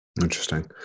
Interesting